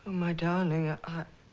my darling. i